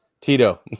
Tito